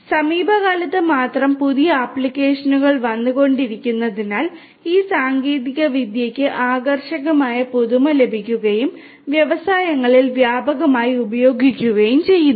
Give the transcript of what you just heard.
എന്നാൽ സമീപകാലത്ത് മാത്രം പുതിയ ആപ്ലിക്കേഷനുകൾ വന്നുകൊണ്ടിരിക്കുന്നതിനാൽ ഈ സാങ്കേതികവിദ്യകൾക്ക് ആകർഷകമായ പുതുമ ലഭിക്കുകയും വ്യവസായങ്ങളിൽ വ്യാപകമായി ഉപയോഗിക്കുകയും ചെയ്യുന്നു